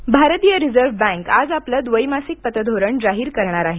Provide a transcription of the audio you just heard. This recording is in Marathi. पतधोरण भारतीय रिझर्व बँक आज आपलं द्वैमासिक पतधोरण जाहीर करणार आहे